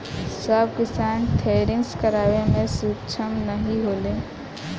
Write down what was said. सब किसान थ्रेसिंग करावे मे सक्ष्म नाही होले